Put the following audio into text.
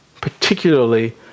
particularly